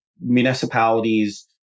municipalities